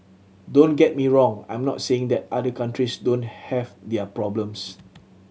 don't get me wrong I'm not saying that other countries don't have their problems